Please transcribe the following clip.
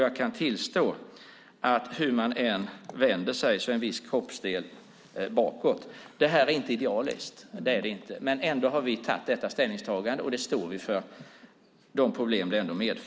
Jag kan tillstå att hur man än vänder sig är en viss kroppsdel bakåt. Det är inte idealiskt, men vi har ändå gjort detta ställningstagande och står för de problem som det ändå medför.